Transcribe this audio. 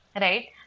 right